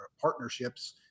partnerships